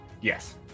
Yes